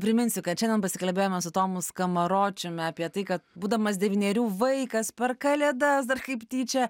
priminsiu kad šiandien pasikalbėjome su tomu skamaročiumi apie tai kad būdamas devynerių vaikas per kalėdas dar kaip tyčia